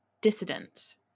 Dissidents